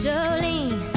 Jolene